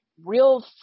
real